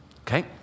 Okay